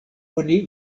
oni